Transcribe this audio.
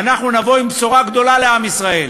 ואנחנו נבוא עם בשורה גדולה לעם ישראל